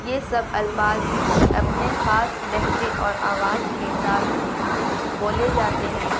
یہ سب الفاظ اپنے خاص لہجے اور آواز کے ساتھ بولے جاتے ہیں